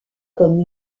comme